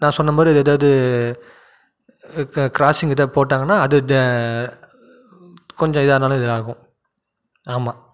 நான் சொன்ன மாதிரி எதாவது க்ராஸிங் ஏதாக போட்டாங்கன்னால் அது கொஞ்சம் இதானாலும் இதாகும் ஆமாம்